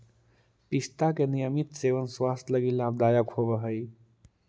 पिस्ता के नियमित सेवन स्वास्थ्य लगी लाभदायक होवऽ हई